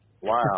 Wow